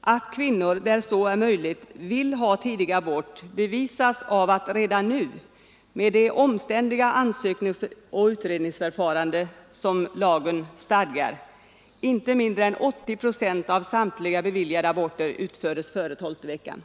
Att kvinnor, där så är möjligt, vill ha tidig abort bevisas av att redan nu, med det omständliga ansökningsoch utredningsförfarande som lagen stadgar, inte mindre än 80 procent av samtliga beviljade aborter utföres före tolfte veckan.